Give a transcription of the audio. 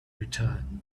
return